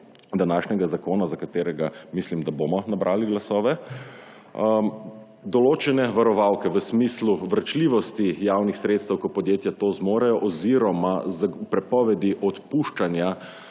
današnjega zakona, za katerega mislim, da bomo nabrali glasove, določene varovalke v smislu vračljivosti javnih sredstev, ko podjetja to zmorejo, oziroma prepovedi odpuščanja